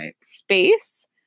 space